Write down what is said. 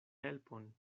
helpon